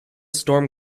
storm